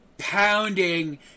Pounding